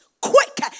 quick